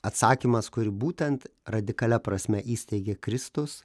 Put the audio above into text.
atsakymas kurį būtent radikalia prasme įsteigė kristus